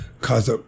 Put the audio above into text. cause